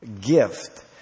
gift